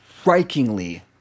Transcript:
strikingly